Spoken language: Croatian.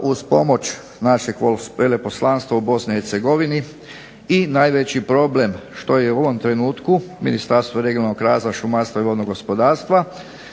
uz pomoć našeg veleposlanstva u Bosni i Hercegovini. I najveći problem što je u ovom trenutku Ministarstvo regionalnog razvoja, šumarstva i vodnog gospodarstva